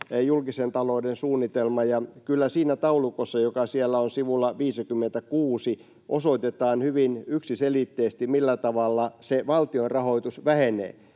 julkisen talouden suunnitelma, ja kyllä siinä taulukossa, joka siellä on sivulla 56, osoitetaan hyvin yksiselitteisesti, millä tavalla se valtion rahoitus vähenee.